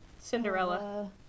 Cinderella